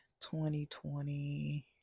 2020